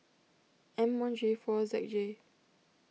M one G four Z J